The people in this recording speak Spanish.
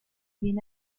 bien